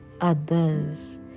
others